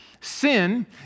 Sin